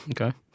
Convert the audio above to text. okay